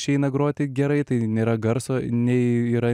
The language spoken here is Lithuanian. išeina groti gerai tai nėra garso nei yra